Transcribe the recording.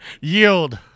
Yield